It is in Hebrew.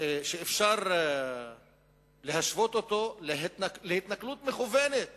שאפשר להשוות אותו להתנכלות מכוונת